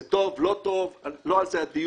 זה טוב, לא טוב, לא על זה הדיון.